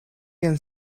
can